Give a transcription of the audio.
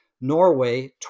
Norway